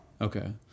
Okay